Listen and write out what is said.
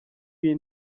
y’iyi